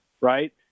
right